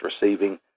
receiving